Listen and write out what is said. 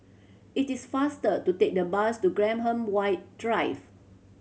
it is faster to take the bus to Graham White Drive